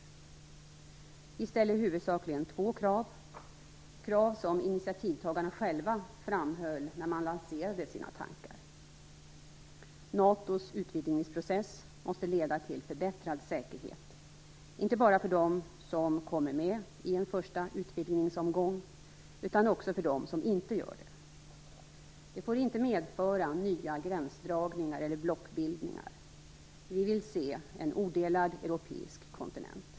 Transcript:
Vi ställer huvudsakligen två krav, krav som initiativtagarna själva framhöll när de lanserade sina tankar. NATO:s utvidgningsprocess måste leda till förbättrad säkerhet, inte bara för dem som kommer med i en första utvidgningsomgång utan också för dem som inte gör det. Det får inte medföra nya gränsdragningar eller blockbildningar. Vi vill se en odelad europeisk kontinent.